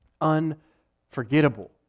unforgettable